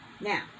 Now